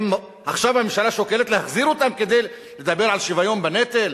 האם עכשיו הממשלה שוקלת להחזיר אותם כדי לדבר על שוויון בנטל?